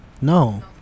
No